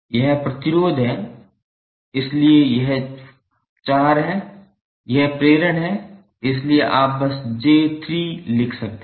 यह प्रतिरोध है इसलिए यह 4 है यह प्रेरण है इसलिए आप बस j3 लिख सकते हैं